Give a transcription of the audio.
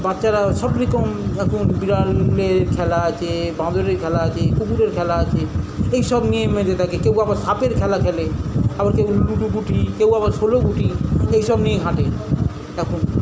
বাচ্চারা সবরকম এখন বিড়ালের খেলা আছে বাঁদরের খেলা আছে কুকুরের খেলা আছে এইসব নিয়ে মেতে থাকে কেউ আবার সাপের খেলা খেলে আবার কেউ লুডো ঘুঁটি কেউ আবার ষোলো ঘুঁটি এইসব নিয়ে ঘাঁটে এখন